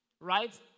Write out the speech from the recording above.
Right